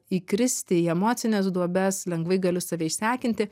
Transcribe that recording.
įkristi į emocines duobes lengvai galiu save išsekinti